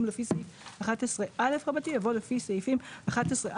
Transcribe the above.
"לפי סעיף 11א" יבוא "לפי סעיפים 11א